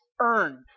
earned